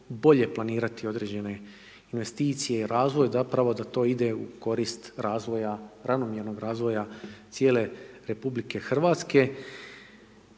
bolje planirati određene investicije, razvoj je zapravo da to ide u korist ravnomjernog razvoja cijele RH i to